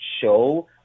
show